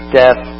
death